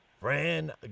Fran